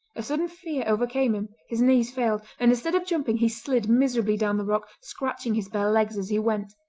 a sudden fear overcame him his knees failed, and instead of jumping he slid miserably down the rock, scratching his bare legs as he went.